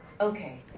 Okay